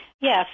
Yes